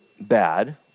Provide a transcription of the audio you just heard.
bad